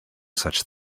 such